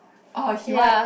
orh he want